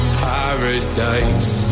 paradise